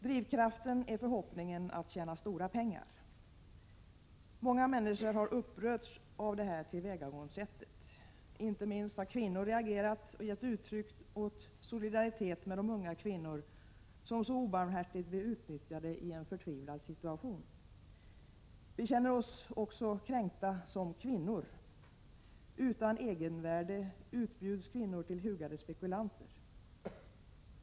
Drivkraften är förhoppningen att tjäna stora pengar. Många människor har upprörts av detta tillvägagångssätt. Inte minst har kvinnorna reagerat och gett uttryck för solidaritet med de unga kvinnor som så obarmhärtigt blir utnyttjade i en förtvivlad situation. Vi känner oss kränkta som kvinnor. Kvinnor utbjuds utan egenvärde till hugade spekulanter.